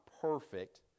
perfect